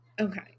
Okay